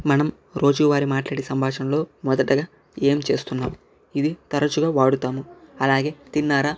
మనం రోజువారి మాట్లాడే సంభాషణలో మొదటగా ఏం చేస్తున్నాం ఇది తరచుగా వాడుతాము అలాగే తిన్నారా